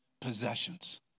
possessions